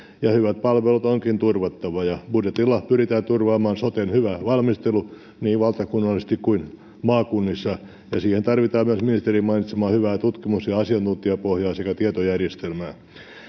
ja hyvät palvelut onkin turvattava budjetilla pyritään turvaamaan soten hyvä valmistelu niin valtakunnallisesti kuin maakunnissa ja siihen tarvitaan myös ministerin mainitsemaa hyvää tutkimus ja asiantuntijapohjaa sekä tietojärjestelmää